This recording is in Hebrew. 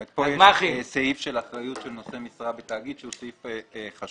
כאן יש סעיף של אחריות של נושא משרה בתאגיד שהוא סעיף חשוב,